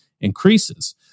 increases